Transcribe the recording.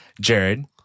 Jared